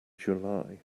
july